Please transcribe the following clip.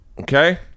Okay